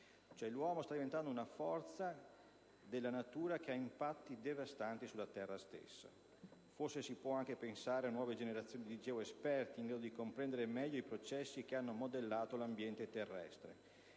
L'uomo sta diventando una forza della natura che ha impatti devastanti sulla stessa Terra. Forse si può anche pensare a nuove generazioni di geoesperti, in modo di comprendere meglio i processi che hanno modellato l'ambiente terrestre,